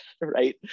right